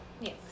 Yes